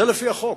זה לפי החוק.